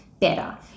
better